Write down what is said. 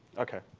okay,